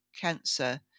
cancer